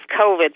COVID